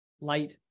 Light